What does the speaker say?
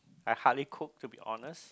I hardly cook to be honest